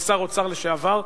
כשר האוצר לשעבר,